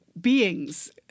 beings